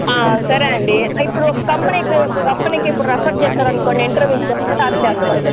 సరే అండి ఇప్పుడు ఒక కంపెనీకి కంపెనీకి ఇప్పుడు రిఫర్ చేశారనుకోండి ఎంట్రీ ఫీజు ఎంత చార్జ్ చేస్తారు